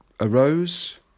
arose